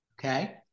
okay